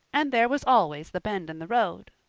and there was always the bend in the road!